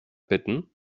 bitten